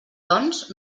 doncs